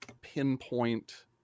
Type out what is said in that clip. pinpoint